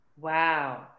Wow